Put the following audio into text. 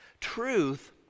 Truth